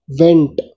went